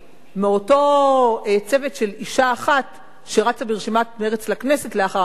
מאותו צוות של אשה אחת שרצה ברשימת מרצ לכנסת לאחר מכן,